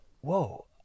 whoa